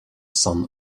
sun